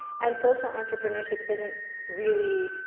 and social entrepreneurship isn't really,